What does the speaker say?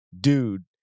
dude